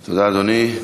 תודה, אדוני.